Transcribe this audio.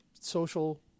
social